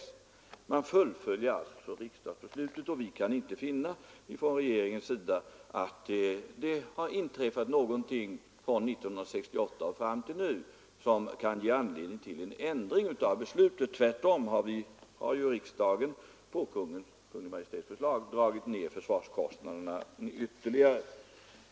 FFV fullföljer alltså riksdagsbeslutet, och regeringen kan inte finna att det sedan 1968 inträffat någonting som kan ge anledning till en ändring av beslutet. Tvärtom har riksdagen på Kungl. Maj:ts förslag dragit ned försvarskostnaderna ytterligare.